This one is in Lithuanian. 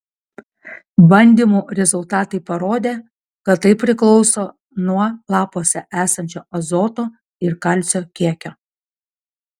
bandymų rezultatai parodė kad tai priklauso nuo lapuose esančio azoto ir kalcio kiekio